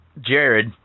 Jared